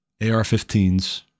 AR-15s